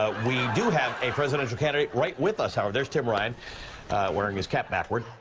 ah we do have a presidential candidate right with us. ah there's tim ryan wearing his cap backward.